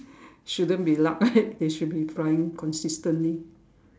shouldn't be luck right they should be trying constantly